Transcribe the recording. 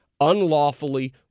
unlawfully